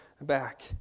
back